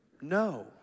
No